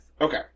Okay